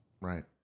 Right